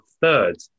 third